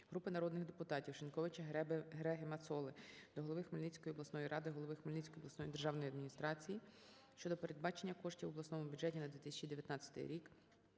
Групи народних депутатів (Шиньковича, Гереги, Мацоли) до голови Хмельницької обласної ради, голови Хмельницької обласної державної адміністрації щодо передбачення коштів в обласному бюджеті на 2019 рік